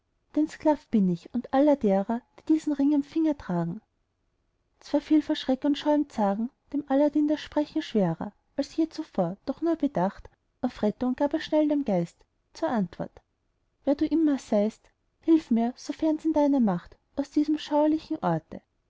dein sklav bin ich und aller derer die diesen ring am finger tragen zwar fiel vor schreck und scheuem zagen dem aladdin das sprechen schwerer als je zuvor doch nur bedacht auf rettung gab er schnell dem geist zur antwort wer du immer seist hilf mir sofern's in deiner macht aus diesem schauerlichen orte